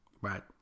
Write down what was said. Right